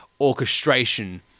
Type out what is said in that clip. orchestration